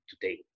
today